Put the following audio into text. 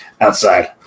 outside